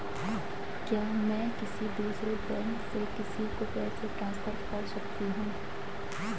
क्या मैं किसी दूसरे बैंक से किसी को पैसे ट्रांसफर कर सकती हूँ?